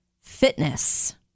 fitness